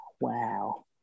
Wow